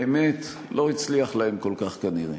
האמת, לא הצליח להם כל כך, כנראה.